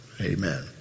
Amen